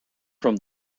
from